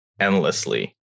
endlessly